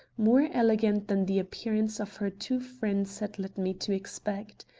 more elegant than the appearance of her two friends had led me to expect.